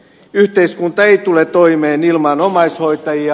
yhteiskunta ei tule toimeen ilman omaishoitajia